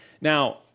Now